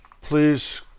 Please